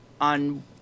on